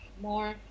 more